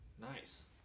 Nice